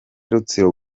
rutsiro